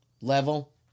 level